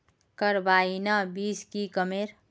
Carbine बीस की कमेर?